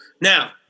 Now